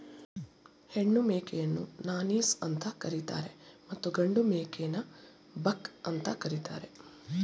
ಹೆಣ್ಣು ಮೇಕೆಯನ್ನು ನಾನೀಸ್ ಅಂತ ಕರಿತರೆ ಮತ್ತು ಗಂಡು ಮೇಕೆನ ಬಕ್ ಅಂತ ಕರಿತಾರೆ